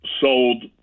sold